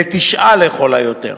לתשעה לכל היותר.